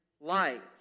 light